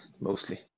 mostly